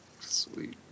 sweet